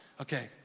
Okay